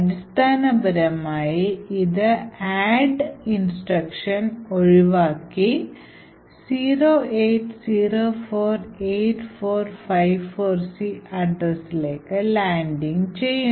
അടിസ്ഥാന പരമായി ഇത് ആഡ് നിർദ്ദേശം ഒഴിവാക്കി 08048454C അഡ്രസ്സിലേക്ക് ലാൻഡിംഗ് ചെയ്യുന്നു